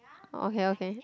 okay okay